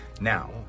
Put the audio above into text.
Now